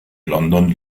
london